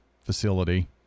facility